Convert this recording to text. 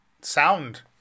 sound